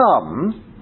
come